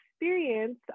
experience